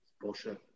Bullshit